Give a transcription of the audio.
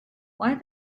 why